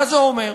מה זה אומר?